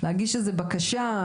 להגיש איזו בקשה,